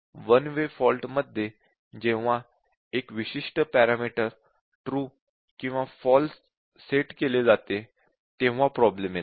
1 वे फॉल्टमध्ये जेव्हा 1 विशिष्ट पॅरामीटर ट्रू किंवा फॉल्स सेट केले जाते तेव्हा प्रॉब्लेम येतो